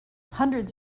hundreds